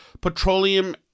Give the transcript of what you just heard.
petroleum